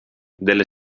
delle